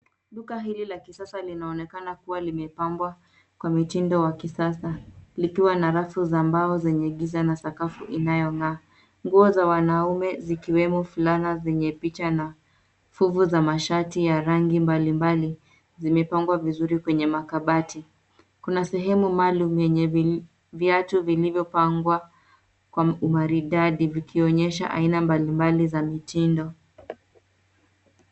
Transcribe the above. Duka hili la kisasa linaonekana kuwa limepambwa kwa mtindo wa kisasa. Likiwa na rafu za mbao zenye giza na sakafu inayo ngaa. Nguo za wanaume zikiwemo fulana zenye picha na fuvu za mashati ya rangi mbali mbali zimepangwa vizuri kwenye makabati. Kuna sehemu maalumu yenye viatu vilivyo pangwa kwa umaridadi vikionyesha aina mbalimbali za mitindo.